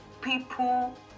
people